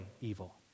evil